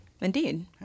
indeed